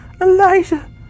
Elijah